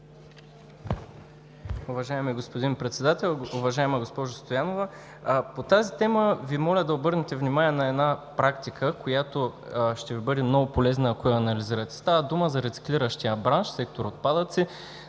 Уважаеми господин Председател! Уважаема госпожо Стоянова, по тази тема Ви моля да обърнете внимание на една практика, която ще Ви бъде много полезна, ако я анализирате. Става дума за рециклиращия бранш, сектор „Отпадъци“